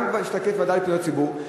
גם משתקף בוועדה לפניות הציבור,